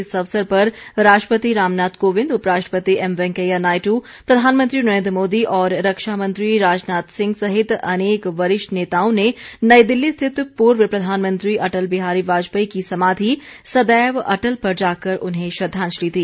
इस अवसर पर राष्ट्रपति रामनाथ कोविंद उपराष्ट्रपति एम वेंकैया नायडू प्रधानमंत्री नरेन्द्र मोदी और रक्षा मंत्री राजनाथ सिंह सहित अनेक वरिष्ठ नेताओं ने नई दिल्ली स्थित पूर्व प्रधानमंत्री अटल बिहारी वाजपेयी की समाधि सदैव अटल पर जाकर उन्हें श्रद्वांजलि दी